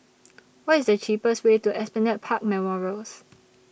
What IS The cheapest Way to Esplanade Park Memorials